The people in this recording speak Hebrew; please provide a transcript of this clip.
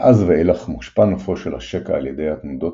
מאז ואילך מושפע נופו של השקע על ידי התנודות